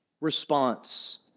response